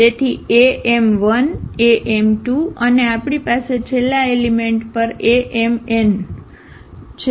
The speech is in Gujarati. તેથી am1 am2 અને આપણી પાસે છેલ્લા એલિમેંટ પર amn છે